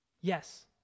Yes